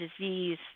disease